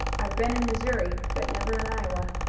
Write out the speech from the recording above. i've been in missouri, but never in iowa.